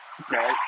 okay